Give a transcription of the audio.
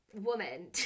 woman